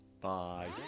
Bye